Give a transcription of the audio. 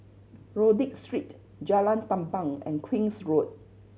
Rodyk Street Jalan Tamban and Queen's Road